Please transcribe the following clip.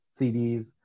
CDs